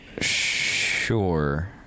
sure